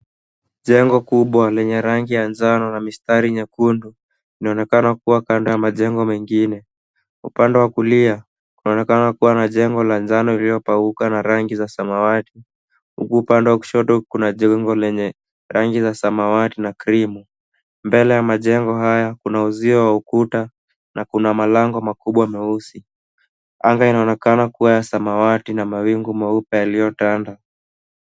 Jengo kubwa lenye rangi ya njano na mistari nyekundu, inaonekana kuwa kando ya majengo mengine. Upande wa kulia kunaonekana kuwa na jengo la njano iliyopauka na rangi za samawati, huku upande wa kushoto kuna jengo lenye rangi za samawati na krimu. Mbele ya majengo haya kuna uzio wa ukuta na kuna malango makubwa meusi. Anga inaonekana kuwa ya samawati na mawingu meupe yaliyo tanda.